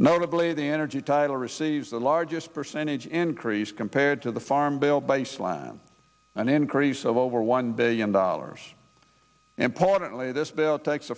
notably the energy tyler receives the largest percentage increase compared to the farm bill baseline an increase of over one billion dollars importantly this bill takes a